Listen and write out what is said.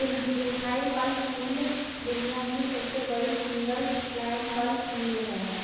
Jinhai pulp mill दुनिया की सबसे बड़ी सिंगल लाइन पल्प मिल है